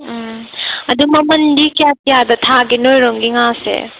ꯎꯝ ꯑꯗꯣ ꯃꯃꯜꯗꯤ ꯀꯌꯥ ꯀꯌꯥꯒꯤ ꯊꯥꯒꯦ ꯅꯣꯏꯔꯣꯝꯒꯤ ꯉꯥꯁꯦ